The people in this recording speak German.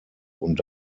und